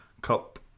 cup